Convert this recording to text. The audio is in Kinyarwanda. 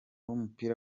w’umupira